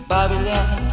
Babylon